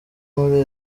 muri